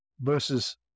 versus